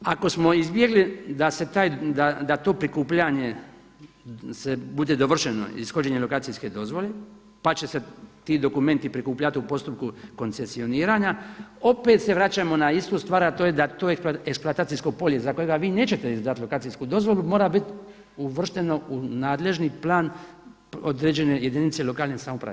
Ako smo izbjegli da se taj, da to prikupljanje bude dovršeno ishođenjem lokacijske dozvole pa će se ti dokumenti prikupljati u postupku koncesioniranja opet se vraćamo na istu stvar a to je da to eksploatacijsko polje za koje vi nećete izdati lokacijsku dozvolu mora bit uvršteno u nadležni plan određene jedinice lokalne samouprave.